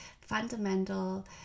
fundamental